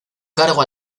cargo